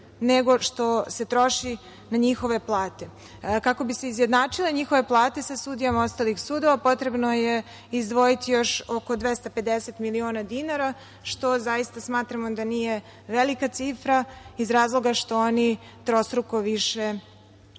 nego što se troši na njihove plate. Kako bi se izjednačile njihove plate sa sudijama ostalih sudova potrebno je izdvojiti još oko 250 miliona dinara, što zaista smatram da nije velika cifra iz razloga što oni trostruko više unesu